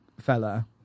fella